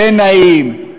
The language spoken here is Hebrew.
זה נעים,